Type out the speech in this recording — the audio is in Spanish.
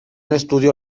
estudio